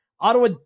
Ottawa